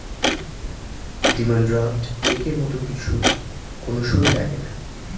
demand draft চেকের মত কিছু কোন সই লাগেনা